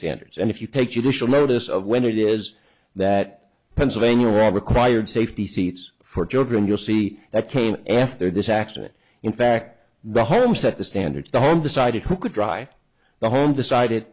standards and if you take you dish will notice of when it is that pennsylvania law required safety seats for children you'll see that came after this accident in fact the harem set the standards the home decided who could drive the home decided